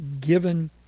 given